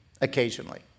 occasionally